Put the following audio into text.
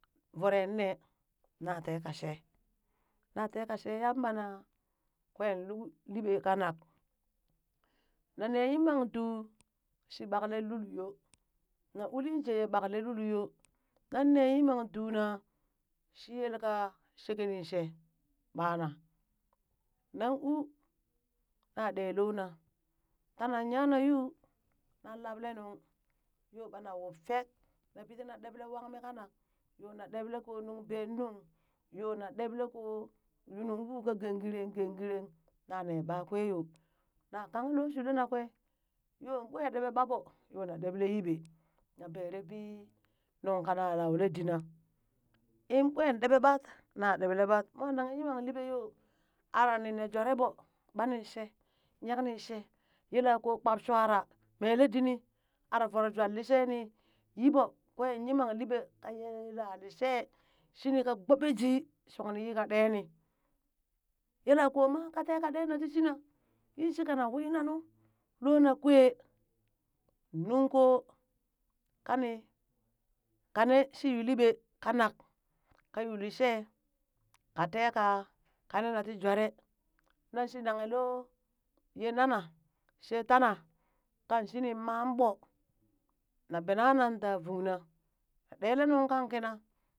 Voro nee na teka shee, na teka shee yamba na, kwee luk liɓee kanak, na nee yinang duu shi ɓakle lulyoo, nan uli jee yee ɓaklee lul yoo, nan ne yimang duu na shi yelka shekenin she, ɓana, nan uu na ɗee loona tana nyana yuu nanlaɓlee nuŋ yoo ɓana wub fek na pi tina ɗeɓle wangmi kanak, yoo na ɗeɓlee ko nuŋ ɓeen nuŋ, yoo na deblee koo yuunung uu ka gengeren gengeren nane ɓa kwee yoo, na kang loo shule na kwee, yoo ɓwe ɗee ɓaɓo yoo ɗeɓle yiɓee na bare bii nunkana laule dina na, inn ɓwee ɗeɓe ɓat na ɗeɓlee ɓat moo nanghe yimangliɓee yoo arni nee jware ɓoo ɓat nin shee, nyek ninshee shee yela koo kpap shwara mele dini ara voro jwaa lishee ni yi ɓoo kwee yimang liɓee, ka ye yelalishee shini kaa gbobejii, shong nii yi ka ɗeeni, yela koo maa ka tee ka ɗee na tii shina, yin kan wina nu loo na kwee. Nuŋ koo kani kane shi yuu liɓee kanak ka yuu lishee ka tee ka kanena tii jwaaree na nang loo yee nana she tana, kan shinin maa ɓoo na benan da vungna, na ɗele nunkan kina.